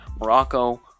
Morocco